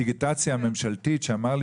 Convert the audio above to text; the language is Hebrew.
היה כאן מישהו מהדיגיטציה הממשלתית שאמר לי